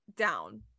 down